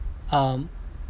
um